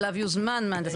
אליו יוזמן מהנדס.